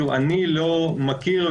אני לא מכיר,